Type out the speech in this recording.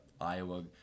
Iowa